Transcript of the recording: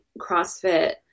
CrossFit